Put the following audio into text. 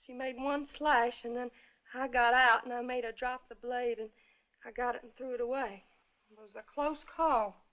she made one flush and then i got out and i made a drop of blood and i got it and threw it away it was a close call